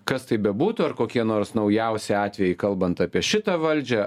kas tai bebūtų ar kokie nors naujausi atvejai kalbant apie šitą valdžią